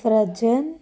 frozen